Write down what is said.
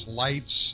lights